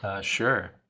Sure